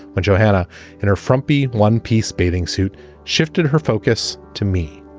when johanna and her frumpy one piece bathing suit shifted her focus to me,